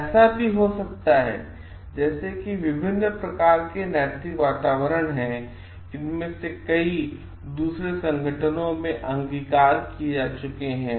ऐसा हो सकता है जैसे कि विभिन्न प्रकार के नैतिक वातावरण हैं और इनमें से कई दूसरे संगठनों में अंगीकार किये जा चुके हैं